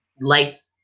life